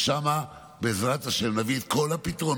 שם, בעזרת השם, נביא את כל הפתרונות